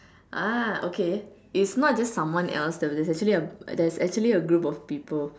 ah okay it's not just someone else that was there there was actually there's actually a group of people